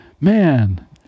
man